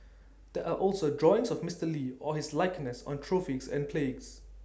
there are also drawings of Mister lee or his likeness on trophies and plagues